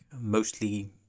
mostly